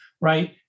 Right